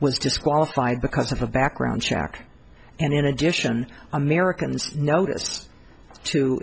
was disqualified because of a background check and in addition americans noticed to